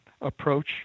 approach